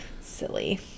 Silly